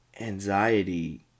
anxiety